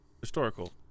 Historical